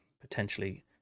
potentially